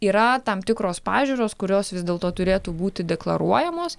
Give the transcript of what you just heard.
yra tam tikros pažiūros kurios vis dėlto turėtų būti deklaruojamos